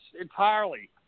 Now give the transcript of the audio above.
entirely